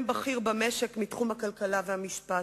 בכיר במשק מתחום הכלכלה ומתחום המשפט.